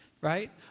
right